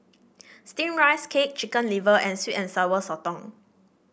steamed Rice Cake Chicken Liver and sweet and Sour Sotong